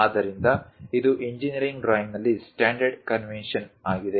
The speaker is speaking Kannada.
ಆದ್ದರಿಂದ ಇದು ಇಂಜಿನೀರಿಂಗ್ ಡ್ರಾಯಿಂಗ್ನಲ್ಲಿ ಸ್ಟ್ಯಾಂಡರ್ಡ್ ಕನ್ವೇಷನ್ ಆಗಿದೆ